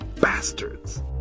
bastards